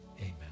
Amen